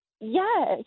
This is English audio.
Yes